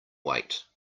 wait